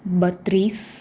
બત્રીસ